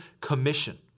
Commission